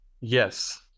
Yes